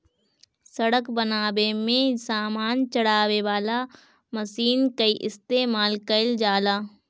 सड़क बनावे में सामान चढ़ावे वाला मशीन कअ इस्तेमाल कइल जाला